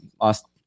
lost